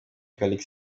callixte